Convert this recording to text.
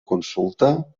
consulta